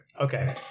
Okay